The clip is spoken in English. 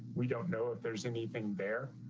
we don't know if there's anything there.